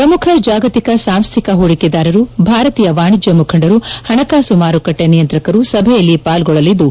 ಪ್ರಮುಖ ಜಾಗತಿಕ ಸಾಂಸ್ಟಿಕ ಹೂಡಿಕೆದಾರರು ಭಾರತೀಯ ವಾಣಿಜ್ತ ಮುಖಂಡರು ಪಣಕಾಸು ಮಾರುಕಟ್ನೆ ನಿಯಂತ್ರಕರು ಸಭೆಯಲ್ಲಿ ಪಾಲ್ಗೊಳ್ಲಲಿದ್ದು